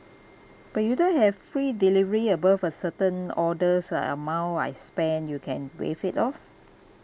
but you don't have free delivery above a certain orders uh amount I spend you can waive it off